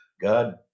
God